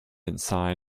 inside